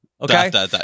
Okay